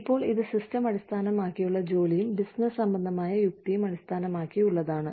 ഇപ്പോൾ ഇത് സിസ്റ്റം അടിസ്ഥാനമാക്കിയുള്ള ജോലിയും ബിസിനസ് സംബന്ധമായ യുക്തിയും അടിസ്ഥാനമാക്കിയുള്ളതാണ്